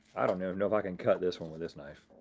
i don't know if know if i can cut this one with this knife.